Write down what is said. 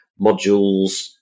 modules